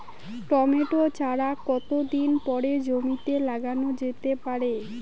Tomato চারা কতো দিন পরে জমিতে লাগানো যেতে পারে?